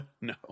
No